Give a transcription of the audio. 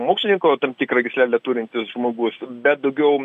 mokslininko tam tikrą gyslelę turintis žmogus bet daugiau